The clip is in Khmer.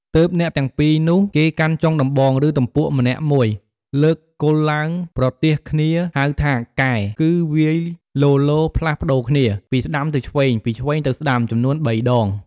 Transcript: ទើបអ្នកទាំង ២នោះគេកាន់ចុងដំបង ឬទំពក់ម្នាក់មួយ លើកគល់ឡើងប្រទាសគ្នាហៅថា កែ គឺវាយលៗផ្លាស់ប្តូរគ្នា ពីស្តាំទៅឆ្វេង ពីឆ្វេងទៅស្តាំ ចំនួន ៣ ដង។